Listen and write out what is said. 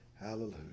Hallelujah